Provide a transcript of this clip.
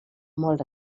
molt